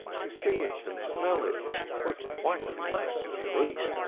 to see it and smell it was quite a nice treat.